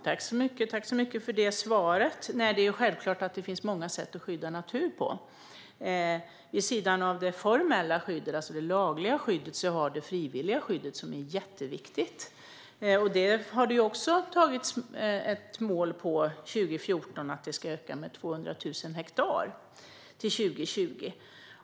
Herr talman! Tack för svaret, Kristina Yngwe! Det är självklart att det finns många sätt att skydda natur på. Vid sidan av det formella - alltså det lagliga - skyddet finns det frivilliga skyddet, som är jätteviktigt. Även för detta sattes ett mål 2014: Det frivilliga skyddet ska öka med 200 000 hektar till 2020.